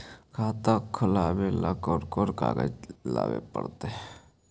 खाता खोलाबे ल कोन कोन कागज लाबे पड़तै?